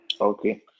Okay